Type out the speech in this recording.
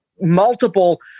multiple